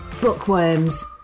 bookworms